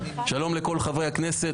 שלום לכל חברי הכנסת,